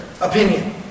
opinion